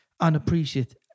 unappreciated